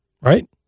right